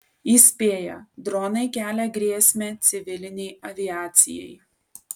įspėja dronai kelia grėsmę civilinei aviacijai